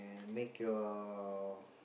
and make your